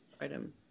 item